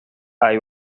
hay